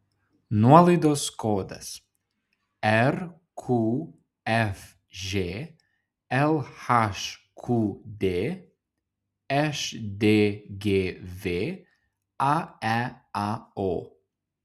nuolaidos kodas rqfž lhqd šdgv aeao